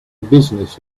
business